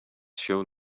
shown